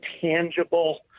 tangible